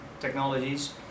technologies